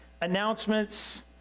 announcements